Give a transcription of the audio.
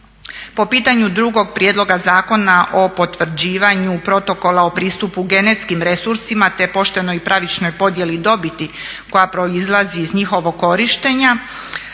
Po pitanju drugog Prijedloga zakona o potvrđivanju Protokola o pristupu genetskim resursima te poštenoj i pravičnoj podjeli dobiti koja proizlazi iz njihovog korištenja